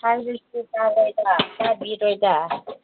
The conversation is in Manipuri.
ꯍꯥꯏꯔꯁꯨ ꯇꯥꯔꯣꯏꯗ ꯇꯥꯕꯤꯔꯣꯏꯗ